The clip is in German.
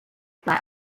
bei